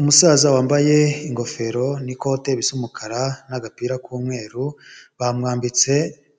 Umusaza wambaye ingofero n'ikote bisa umukara n'agapira k'umweru bamwambitse